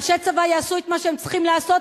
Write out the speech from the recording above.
אנשי צבא יעשו את מה שהם צריכים לעשות,